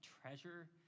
treasure